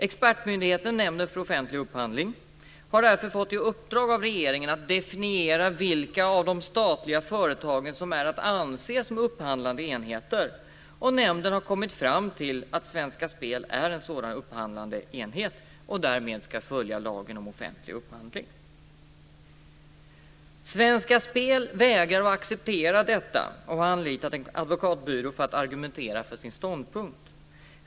Expertmyndigheten Nämnden för offentlig upphandling har därför fått i uppdrag av regeringen att definiera vilka av de statliga företagen som är att anse som upphandlande enheter. Nämnden har kommit fram till att Svenska Spel är en sådan upphandlande enhet och därmed ska följa lagen om offentlig upphandling. Svenska Spel vägrar att acceptera detta, och har anlitat en advokatbyrå för att argumentera för sin ståndpunkt.